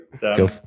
Go